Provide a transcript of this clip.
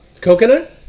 coconut